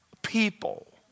people